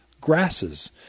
grasses